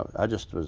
i just was.